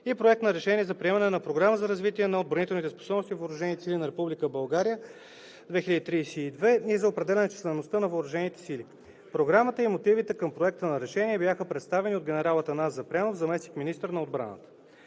и Проект на решение за приемане на Програма за развитие на отбранителните способности на въоръжените сили на Република България 2032 и за определяне числеността на въоръжените сили. Програмата и мотивите към Проекта на решение бяха представени от генерал Атанас Запрянов – заместник-министър на отбраната.